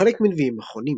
והוא חלק מנביאים אחרונים.